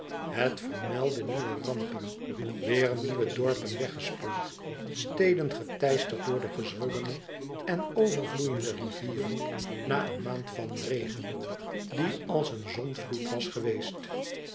het vermeldde nieuwe rampen weêr nieuwe dorpen weggespoeld steden geteisterd door de gezwollene en overvloeiende rivieren na een maand e ids aargang van regen die als een zondvloed was geweest